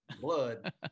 blood